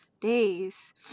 days